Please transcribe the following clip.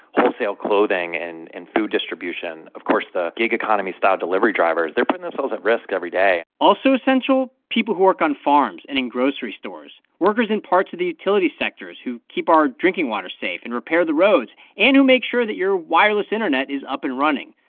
wholesale clothing and and food distribution. of course, the gig-economy-style delivery drivers they're putting themselves at risk every day also essential people who work on farms and in grocery stores, workers in parts of the utility sectors who keep our drinking water safe and repair the roads and who make sure that your wireless internet is up and running.